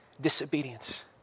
disobedience